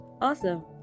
Awesome